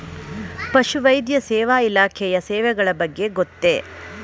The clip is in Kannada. ಪಶುವೈದ್ಯ ಸೇವಾ ಇಲಾಖೆಯ ಸೇವೆಗಳ ಬಗ್ಗೆ ಗೊತ್ತೇ?